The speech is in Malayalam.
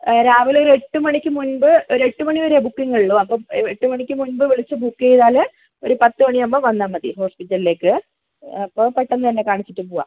രാവിലെ ഒരു എട്ടുമണിക്ക് മുൻപ് ഒരു എട്ടുമണി വരെയേ ബുക്കിംഗ് ഉള്ളൂ അപ്പം എട്ടുമണിക്ക് മുൻപ് വിളിച്ചു ബുക്ക് ചെയ്താൽ ഒരു പത്തുമണിയാകുമ്പോൾ വന്നാൽ മതി ഹോസ്പിറ്റലിലേക്ക് അപ്പോൾ പെട്ടെന്ന് തന്നെ കാണിച്ചിട്ട് പോകാം